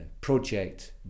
project